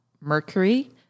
Mercury